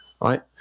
right